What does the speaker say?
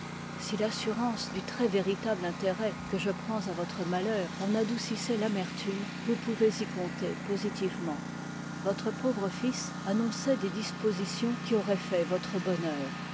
si l'assurance du très véritable intérêt que je prends à votre malheur en adoucissoit l'amertume vous pouvez y compter positivement votre pauvre fils annonçoit des dispositions qui auroient fait votre bonheur